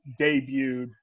debuted